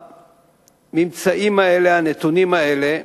הממצאים האלה, הנתונים האלה,